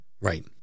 Right